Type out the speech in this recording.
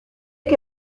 que